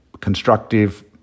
constructive